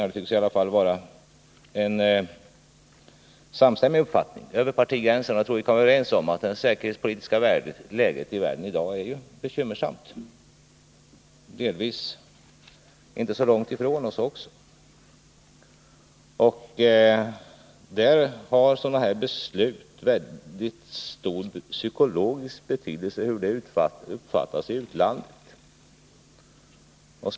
Men jag vill säga att det tycks vara en samstämmig uppfattning över partigränserna — jag tror vi kan vara överens om det — att det säkerhetspolitiska läget i världen i dag är bekymmersamt. Delvis gäller det förhållandena i områden som inte ligger så långt ifrån oss. Och hur sådana här beslut uppfattas i utlandet är en faktor av mycket stor psykologisk betydelse.